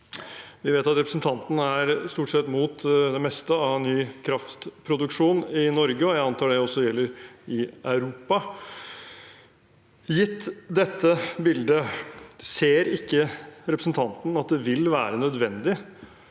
Vi vet at representanten stort sett er mot det meste av ny kraftproduksjon i Norge, og jeg antar det også gjelder i Europa. Gitt dette bildet, ser ikke representanten at det vil være nødvendig